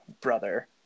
brother